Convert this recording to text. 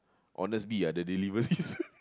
honestbee ah the delivery